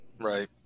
Right